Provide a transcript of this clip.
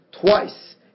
twice